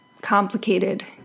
complicated